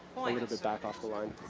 little bit back off the line.